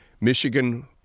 Michigan